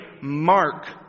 mark